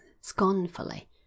scornfully